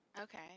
Okay